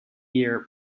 year